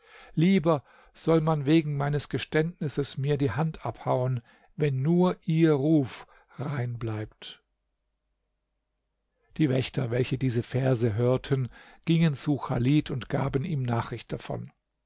lieber soll man wegen meines geständnisses mir die hand abhauen wenn nur ihr ruf rein bleibt die wächter welche diese verse hörten gingen zu chalid und gaben ihm nachricht davon